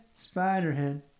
Spider-Head